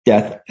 Death